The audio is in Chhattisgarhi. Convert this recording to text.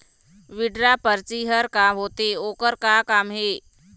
विड्रॉ परची हर का होते, ओकर का काम हे?